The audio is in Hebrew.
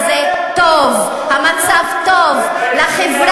אז זה טוב, המצב טוב לחברה.